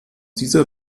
dieser